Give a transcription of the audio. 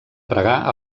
pregar